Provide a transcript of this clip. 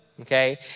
okay